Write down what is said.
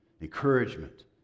encouragement